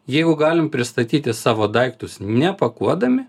jeigu galim pristatyti savo daiktus nepakuodami